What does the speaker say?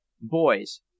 Boys